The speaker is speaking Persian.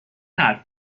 حرف